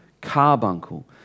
carbuncle